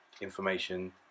information